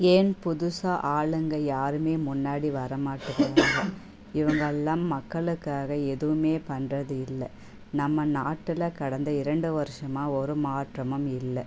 ஏன் புதுசா ஆளுங்க யாருமே முன்னாடி வர மாட்டுக்கிறாங்க இவங்களெலாம் மக்களுக்காக எதுவுமே பண்ணுறது இல்லை நம்ம நாட்டில் கடந்த இரண்டு வருஷமாக ஒரு மாற்றமும் இல்லை